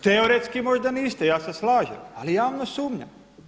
Teoretski možda niste, ja se slažem ali javnost sumnja.